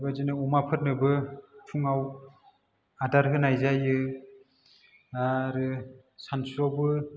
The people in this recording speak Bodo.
बेबायदिनो अमा फोरनोबो फुङाव आदार होनाय जायो आरो सानसुयावबो